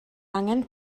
angen